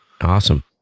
Awesome